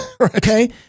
Okay